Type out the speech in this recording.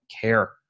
care